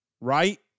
right